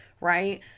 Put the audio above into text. Right